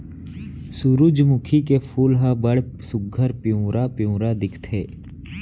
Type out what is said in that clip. सुरूजमुखी के फूल ह बड़ सुग्घर पिंवरा पिंवरा दिखथे